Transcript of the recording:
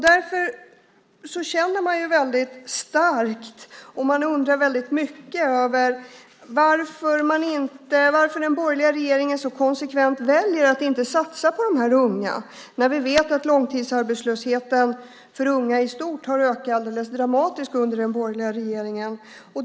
Därför undrar vi varför den borgerliga regeringen så konsekvent väljer att inte satsa på de unga. Vi vet att långtidsarbetslösheten för unga i stort har ökat alldeles dramatiskt under den borgerliga regeringen.